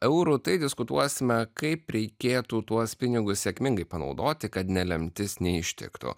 eurų tai diskutuosime kaip reikėtų tuos pinigus sėkmingai panaudoti kad nelemtis neištiktų